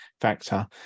factor